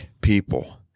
people